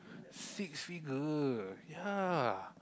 six figure ya